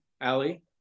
Ali